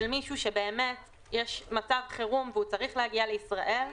מישהו שיש מצב חירום והוא צריך להגיע לישראל,